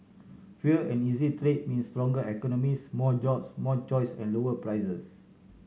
freer and easier trade means stronger economies more jobs more choice and lower prices